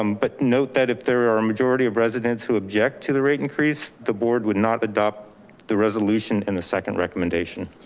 um but note that if there are a majority of residents who object to the rate increase, the board would not adopt the resolution in the second recommendation.